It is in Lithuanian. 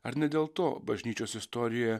ar ne dėl to bažnyčios istorijoje